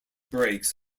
breaks